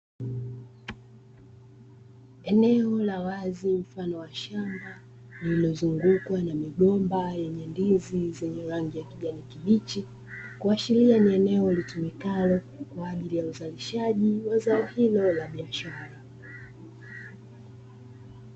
Eneo la wazi mfano wa shamba, lililozungukwa na migomba yenye ndizi yenye rangi ya kijani kibichi kuashiria ni eneo litumikalo kwa ajili ya uzalishaji wa zao hilo la biashara.